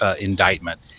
indictment